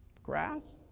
grass.